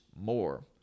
more